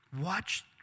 watch